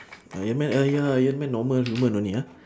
iron man ah ya iron man normal human only ah